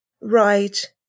Right